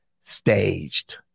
staged